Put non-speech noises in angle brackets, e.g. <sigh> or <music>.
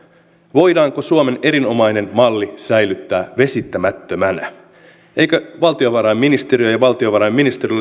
voidaanko suomen erinomainen malli säilyttää vesittämättömänä eivätkö valtiovarainministeriö ja valtiovarainministeri <unintelligible>